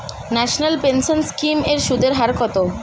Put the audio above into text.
National pension scheme এর সুদের হার কত?